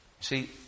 See